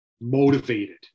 motivated